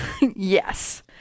yes